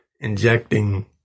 injecting